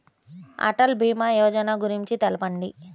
అటల్ భీమా యోజన గురించి తెలుపండి?